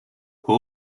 who